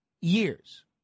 years